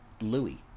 Louis